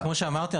כמו שאמרתי,